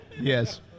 Yes